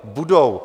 Budou.